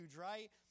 right